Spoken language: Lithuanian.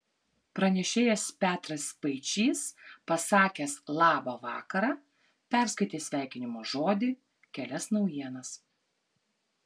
pranešėjas petras spaičys pasakęs labą vakarą perskaitė sveikinimo žodį kelias naujienas